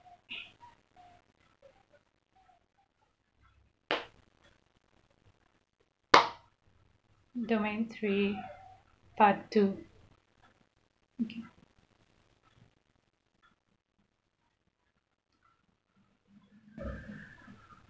domain three part two